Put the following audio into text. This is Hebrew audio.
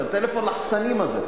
טלפון לחצנים כזה.